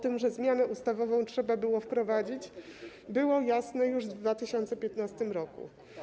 To, że zmianę ustawową trzeba było wprowadzić, było jasne już w 2015 r.